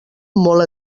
molt